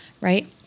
Right